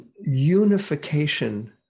unification